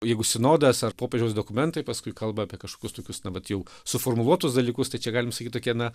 jeigu sinodas ar popiežiaus dokumentai paskui kalba apie kažkokius tokius na vat jau suformuluotus dalykus tai čia galim sakyt tokie na